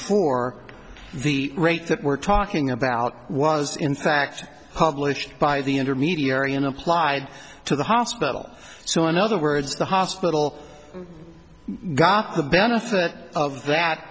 four the rate that we're talking about was in fact published by the intermediary in applied to the hospital so in other words the hospital got the benefit of that